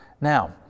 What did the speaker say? Now